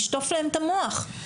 לשטוף להם את המוח.